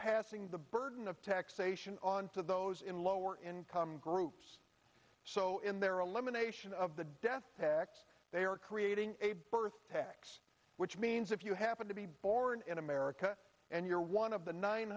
passing the burden of taxation on to those in lower income groups so in their a lemon a sion of the death tax they are creating a birth tax which means if you happen to be born in america and you're one of the nine